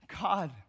God